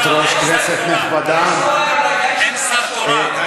כבוד היושבת-ראש, כנסת נכבדה, אין שר תורן.